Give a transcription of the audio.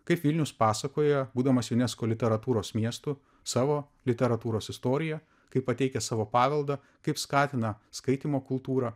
kaip vilnius pasakoja būdamas unesco literatūros miestu savo literatūros istoriją kaip pateikia savo paveldą kaip skatina skaitymo kultūrą